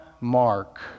Mark